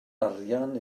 arian